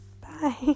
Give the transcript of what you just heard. Bye